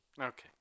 Okay